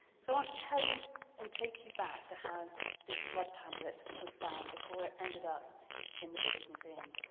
so, i want to tell you and take you back to how this flood tablet was found before it ended up in the british museum.